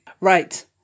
Right